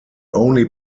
only